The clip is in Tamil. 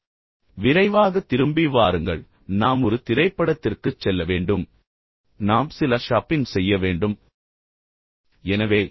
எனவே விரைவாக திரும்பி வாருங்கள் நாம் ஒரு திரைப்படத்திற்குச் செல்ல வேண்டும் நாம் சில ஷாப்பிங் செய்ய வேண்டும் எனவே அந்த முதியவரை விட்டுவிட்டு விரைவாக வாருங்கள்